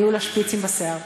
היו לה שפיצים בשיער,